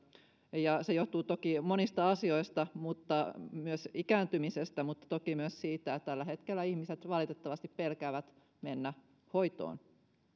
se johtuu toki monista asioista myös ikääntymisestä mutta toki myös siitä että tällä hetkellä ihmiset valitettavasti pelkäävät mennä hoitoon